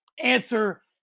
answer